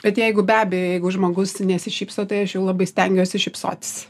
bet jeigu be abejo jeigu žmogus nesišypso tai aš jau labai stengiuosi šypsotis